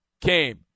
came